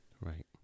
Right